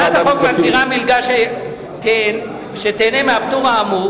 הצעת החוק מגדירה מלגה שתיהנה מהפטור האמור